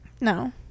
No